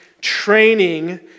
training